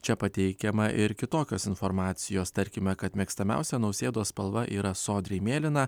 čia pateikiama ir kitokios informacijos tarkime kad mėgstamiausia nausėdos spalva yra sodriai mėlyna